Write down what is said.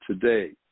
today